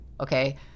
okay